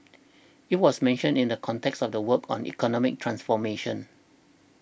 it was mentioned in the context of the work on economic transformation